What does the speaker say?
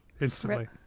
Instantly